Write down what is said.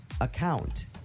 account